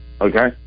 okay